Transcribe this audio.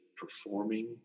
performing